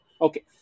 Okay